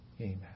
amen